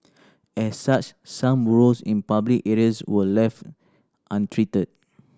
as such some burrows in public areas were left untreated